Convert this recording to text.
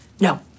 No